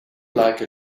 like